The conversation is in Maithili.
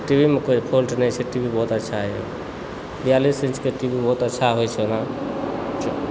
टीवीमे कोई फॉल्ट नहि छै टी वी बहुत अच्छा छै बियालिस इन्चके टी वी बहुत अच्छा होइत छै ओना